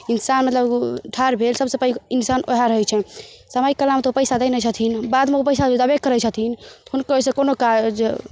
इन्सान मतलब ठाढ़ भेल सबसँ पैघ इन्सान ओहए रहैत छै समयकलामे तऽ ओ पैसा दै नहि छथिन बादमे ओ पैसा देबे करैत छथिन हुनको ओहिसँ कोनो काज